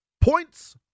Points